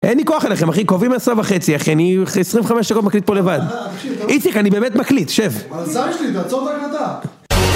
אין לי כוח אליכם אחי, קובעים עשרה וחצי אחי, אני עשרים חמש שעות מקליט פה לבד. איציק, אני באמת מקליט, שב. על הזין שלי, תעצור את ההקלטה.